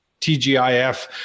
TGIF